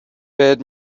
بهت